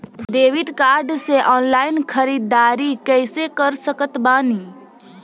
Debit card से online ख़रीदारी कैसे कर सकत बानी?